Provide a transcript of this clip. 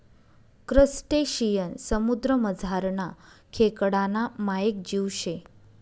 crustacean समुद्रमझारना खेकडाना मायेक जीव शे